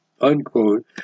unquote